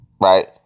Right